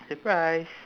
surprise